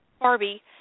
Barbie